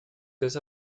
tres